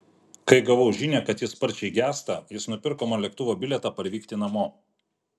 kai gavau žinią kad ji sparčiai gęsta jis nupirko man lėktuvo bilietą parvykti namo